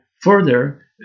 further